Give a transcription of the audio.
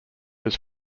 was